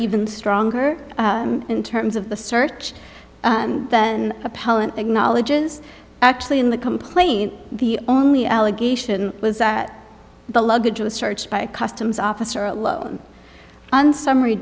even stronger in terms of the search than appellant acknowledges actually in the complaint the only allegation was that the luggage was searched by customs officer alone on summary